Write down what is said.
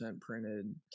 printed